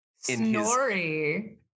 Snorri